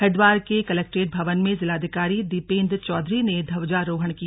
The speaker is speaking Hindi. हरिद्वार के कलेक्ट्रेट भवन में जिलाधिकारी दीपेंद्र चौधरी ने ध्वजारोहण किया